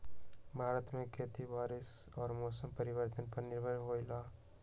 भारत में खेती बारिश और मौसम परिवर्तन पर निर्भर होयला